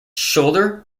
shoulder